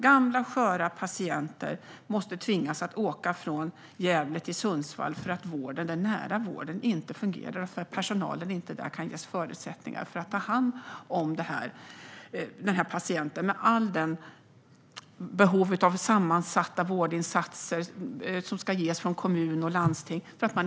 Gamla, sköra patienter tvingas att åka från Gävle till Sundsvall för att den nära vården inte fungerar i Gävle och för att personalen inte ges förutsättningar att ta hand om patienter med behov av sammansatta vårdinsatser som ska ges från kommun och landsting.